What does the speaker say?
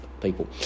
people